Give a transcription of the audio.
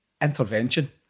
intervention